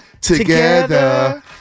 together